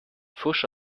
pfusch